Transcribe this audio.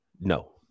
No